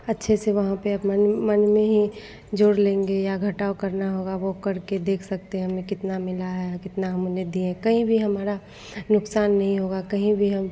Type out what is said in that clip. अच्छे से वहाँ पर अपना मन में ही जोड़ लेंगे या घटाव करना होगा वह करके देख सकते हैं हमें कितना मिला है और कितना हम उन्हें दिए कहीं भी हमारा नुकसान नहीं होगा कहीं भी हम